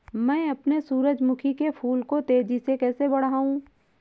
मैं अपने सूरजमुखी के फूल को तेजी से कैसे बढाऊं?